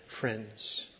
friends